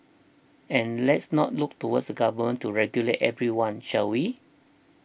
and let's not look towards government to regulate everyone shall we